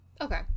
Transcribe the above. okay